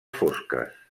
fosques